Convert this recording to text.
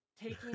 Taking